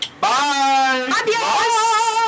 Bye